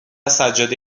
سجاده